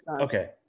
Okay